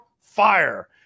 fire